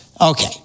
okay